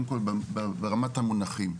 קודם כל ברמת המונחים,